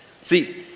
See